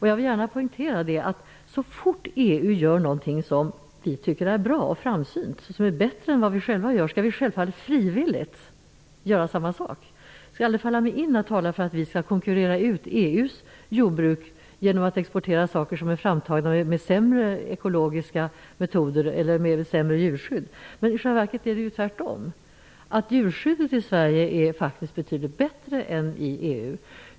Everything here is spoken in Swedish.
Jag vill poängtera att vi självfallet, så fort EU gör någonting som är framsynt och bättre än vad vi själva gör, frivilligt skall göra samma sak. Det skulle aldrig falla mig in att tala för att vi skall konkurrera ut EU:s jordbruk genom att exportera sådant som är framtaget med sämre ekologiska metoder eller djurskydd. I själva verket är det tvärtom. Djurskyddet i Sverige är betydligt bättre än i EU.